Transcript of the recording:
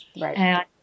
Right